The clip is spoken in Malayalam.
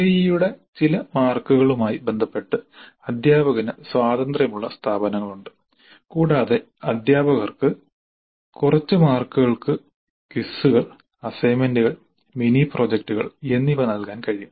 CIE യുടെ ചില മാർക്കുകളുമായി ബന്ധപ്പെട്ട് അധ്യാപകന് സ്വാതന്ത്ര്യമുള്ള സ്ഥാപനങ്ങളുണ്ട് കൂടാതെ അധ്യാപകർക്ക് കുറച്ച് മാർക്കുകൾക്ക് ക്വിസുകൾ അസൈൻമെന്റുകൾ മിനി പ്രോജക്ടുകൾ എന്നിവ നൽകാൻ കഴിയും